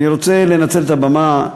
אני רוצה לנצל את הבמה,